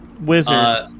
wizards